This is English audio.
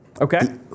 Okay